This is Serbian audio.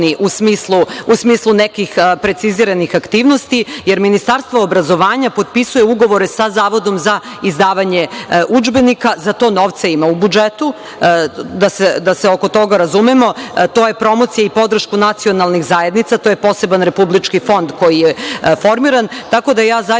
u smislu nekih preciziranih aktivnosti, jer Ministarstvo obrazovanja potpisuje ugovore sa Zavodom za izdavanje udžbenika. Za to novca ima u budžetu, da se oko toga razumemo. To je promocija i podrška nacionalnih zajednica. To je poseban republički fond koji je formiran, tako da, zaista